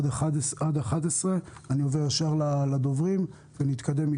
עד שעה 11:00. לכן אני עובר ישר לדוברים ומשם מתקדם.